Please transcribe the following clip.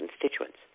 constituents